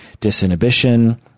disinhibition